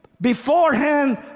beforehand